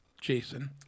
Jason